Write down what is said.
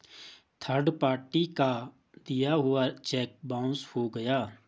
third party का दिया हुआ चेक बाउंस हो गया